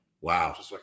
Wow